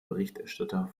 berichterstatter